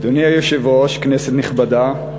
אדוני היושב-ראש, כנסת נכבדה,